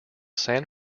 san